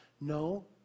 No